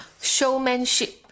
showmanship